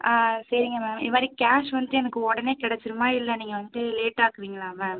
ஆ சரிங்க மேம் இதுமாதிரி கேஷ் வந்துவிட்டு எனக்கு உடனே கிடச்சிருமா இல்லை நீங்கள் வந்துவிட்டு லேட்டாக்குவிங்களா மேம்